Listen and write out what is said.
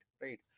right